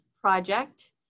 Project